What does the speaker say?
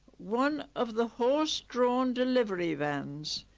one of the horse-drawn delivery vans.